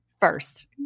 first